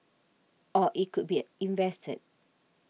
or it could be a invested